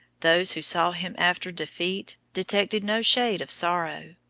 those who saw him after defeat detected no shade of sorrow.